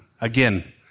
again